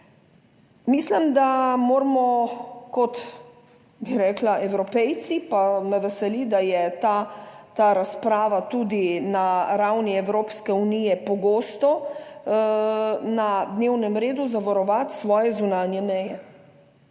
Mislim, da moramo, kot bi rekla Evropejci, pa me veseli, da je ta razprava tudi na ravni Evropske unije pogosto na dnevnem redu, zavarovati svoje zunanje meje,